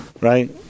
Right